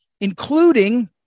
including